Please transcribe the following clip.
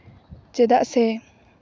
ᱪᱮᱫᱟᱜ ᱥᱮ